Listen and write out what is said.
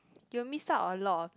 you'll miss up a lot of